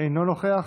אינו נוכח.